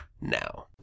now